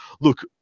Look